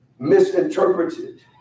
misinterpreted